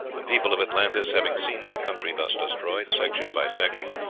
the people of atlantis, having seen their country thus destroyed, section by section,